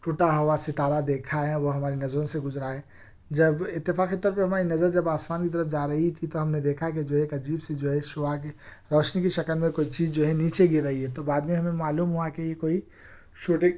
ٹوٹا ہُوا ستارہ دیکھا ہے وہ ہماری نظروں سے گزرا ہے جب اتفاقی طور پر ہماری نظر جب آسمان کی طرف جارہی تھی تو ہم نے دیکھا کہ جو ہے ایک عجیب سی جو ہے شعاع کی روشنی کی شکل میں کوئی چیز جو ہے نِیچے گر رہی ہے تو بعد میں ہمیں معلوم ہُوا کہ یہ کوئی شوٹنگ